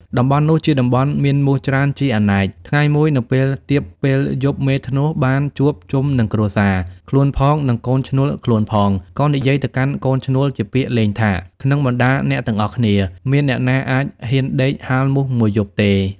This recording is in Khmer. តំបន់នោះ ជាតំបន់មានមូសច្រើនជាអនេក ថ្ងៃមួយនៅពេលទៀបពេលយប់មេធ្នស់ បានជួបជុំនឹងគ្រួសារ ខ្លួនផង និងកូនឈ្នួលខ្លួនផង ក៏និយាយទៅកាន់កូនឈ្នួលជាពាក្យលេងថា ក្នុងបណ្តាអ្នកទាំងអស់គ្នា មានអ្នកណាអាចហ៊ានដេកហាលមូស ១ យប់ទេ។